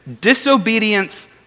disobedience